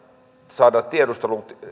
saada tiedustelun